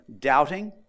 doubting